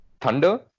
Thunder